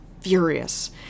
furious